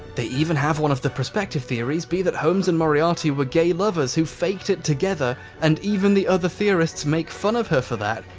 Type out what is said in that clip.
they even have one of the prospective theories be that holmes and moriarty were gay lovers who faked it together and even the other theorists make fun of her for that.